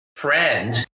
friend